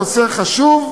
הנושא חשוב,